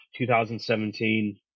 2017